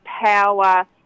power